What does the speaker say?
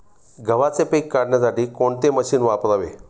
गव्हाचे पीक काढण्यासाठी कोणते मशीन वापरावे?